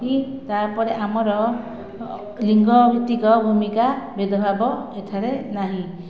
ତାପରେ ଆମର ଲିଙ୍ଗଭିତ୍ତିକ ଭୂମିକା ଭେଦଭାବ ଏଠାରେ ନାହିଁ